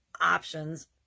options